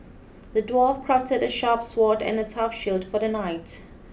the dwarf crafted a sharp sword and a tough shield for the knight